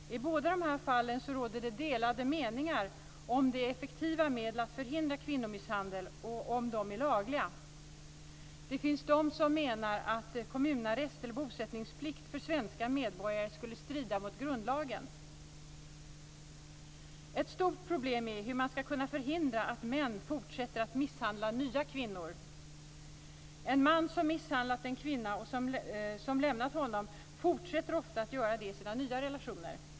I båda dessa fall råder det delade meningar om det är effektiva medel för att förhindra kvinnomisshandel och om de är lagliga. Det finns de som menar att kommunarrest eller bosättningsplikt för svenska medborgare skulle strida mot grundlagen. Ett stort problem är hur man ska kunna förhindra att män fortsätter att misshandla nya kvinnor. En man som misshandlat en kvinna, vilken lämnat honom, fortsätter ofta att misshandla kvinnor i sina nya relationer.